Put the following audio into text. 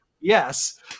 Yes